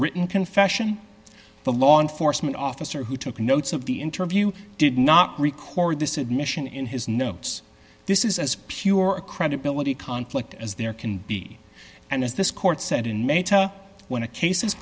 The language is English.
written confession the law enforcement officer who took notes of the interview did not record this admission in his notes this is as pure a credibility conflict as there can be and as this court said and may tell when a case